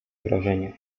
wrażenie